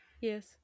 Yes